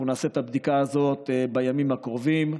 אנחנו נעשה את הבדיקה הזאת בימים הקרובים,